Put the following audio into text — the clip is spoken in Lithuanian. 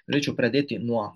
norėčiau pradėti nuo